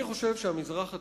אני חושב שהמזרח התיכון,